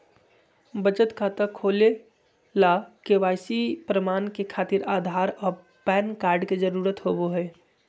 बचत खाता खोले ला के.वाइ.सी प्रमाण के खातिर आधार आ पैन कार्ड के जरुरत होबो हइ